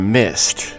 missed